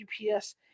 GPS